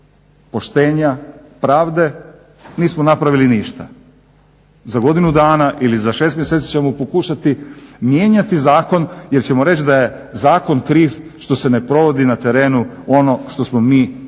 poštenja, pravde, nismo napravili ništa. Za godinu dana ili za 6 mjeseci ćemo pokušati mijenjati zakon jer ćemo reći da je zakon kriv što se ne provodi na terenu ono što smo mi ovdje,